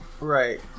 Right